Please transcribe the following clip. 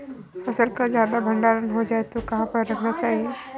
फसल का ज्यादा भंडारण हो जाए तो कहाँ पर रखना चाहिए?